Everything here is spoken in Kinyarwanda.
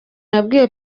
yabwiye